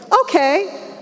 okay